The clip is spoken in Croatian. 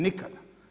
Nikada.